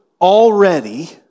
already